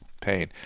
Pain